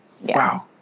Wow